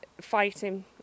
fighting